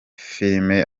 filime